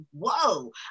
whoa